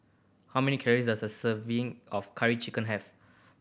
how many calories does a serving of Curry Chicken have